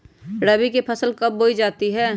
रबी की फसल कब बोई जाती है?